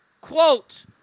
quote